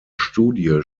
studie